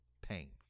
pain